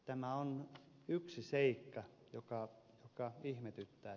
tämä on yksi seikka joka ihmetyttää